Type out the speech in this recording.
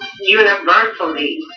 universally